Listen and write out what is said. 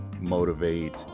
motivate